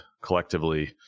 collectively